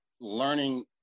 learning